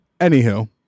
Anywho